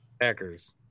Packers